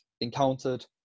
encountered